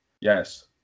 Yes